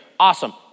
Awesome